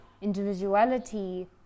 individuality